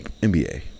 NBA